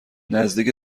نزدیک